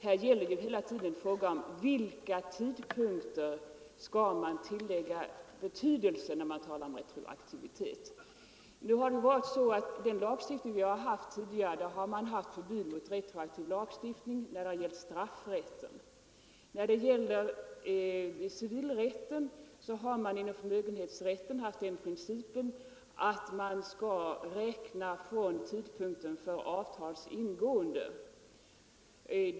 Här gäller det ju hela tiden: Vilka tidpunkter skall Onsdagen den nan tillägga BELYdelse när man talar om retroaktivitet? Den lagstiftning 13 november 1974 vi har haft tidigare innehöll förbud mot retroaktiv lagstiftning när det gällde straffrätten. På civilrättens område har man inom förmögenhets = Förbud mot rätten haft den principen att man skall räkna från tidpunkten för ett = retroaktiv lagstiftavtals ingående.